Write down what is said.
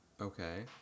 Okay